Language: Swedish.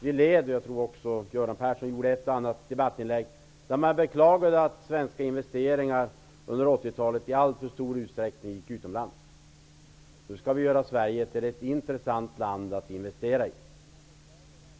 Man har beklagat att svenska investeringar under 1980-talet i alltför stor utsträckning gått utomlands. Jag tror att Göran Persson också har gjort ett och annat debattinlägg om det. Nu skall Sverige göras till ett intressant land att investera i.